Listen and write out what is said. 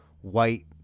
white